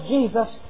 Jesus